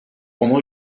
ona